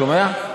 שומע?